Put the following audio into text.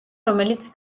რომელიც